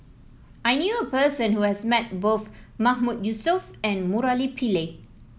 I knew a person who has met both Mahmood Yusof and Murali Pillai